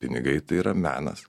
pinigai tai yra menas